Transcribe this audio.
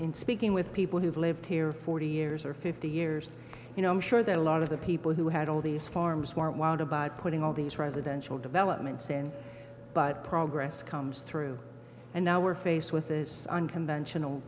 in speaking with people who've lived here forty years or fifty years you know i'm sure that a lot of the people who had all these farms weren't wild about putting all these residential developments in but progress comes through and now we're faced with this unconventional